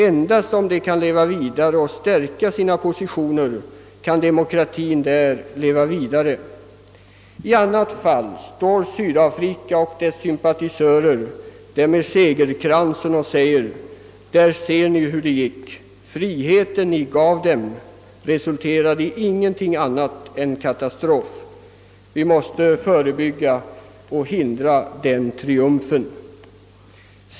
Endast om de kan leva vidare och stärka sina positioner kan demokratien där bestå. I annat fall kan Sydafrika och dess sympatisörer stå där med segerkransen och säga: »Ni ser hur det gick. Friheten ni gav dem resulterade i ingenting annat än katastrof.» Vi måste hindra dem från att få den triumfen.